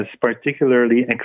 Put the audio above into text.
particularly